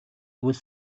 гэвэл